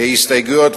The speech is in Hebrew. הסתייגויות,